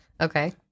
Okay